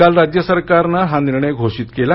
काल राज्य सरकारन हा निर्णय घोषित केला